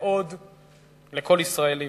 מאוד לכל ישראלי.